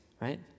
right